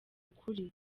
ukuri